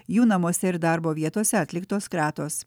jų namuose ir darbo vietose atliktos kratos